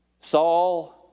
Saul